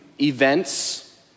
events